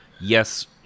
Yes